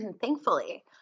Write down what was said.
thankfully